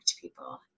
people